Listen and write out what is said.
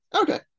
okay